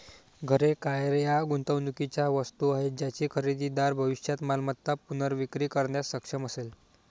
घरे, कार या गुंतवणुकीच्या वस्तू आहेत ज्याची खरेदीदार भविष्यात मालमत्ता पुनर्विक्री करण्यास सक्षम असेल